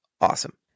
awesome